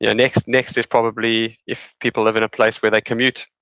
you know next next is probably if people live in a place where they commute,